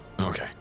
okay